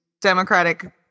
Democratic